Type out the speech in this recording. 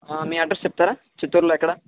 మీ address చెప్తారా చిత్తూరులో ఎక్కడ